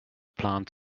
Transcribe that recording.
plant